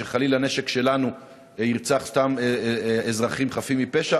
ושחלילה נשק שלנו ירצח סתם אזרחים חפים מפשע,